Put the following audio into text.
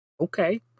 Okay